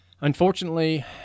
Unfortunately